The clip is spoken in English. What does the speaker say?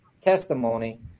testimony